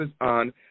on